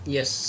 Yes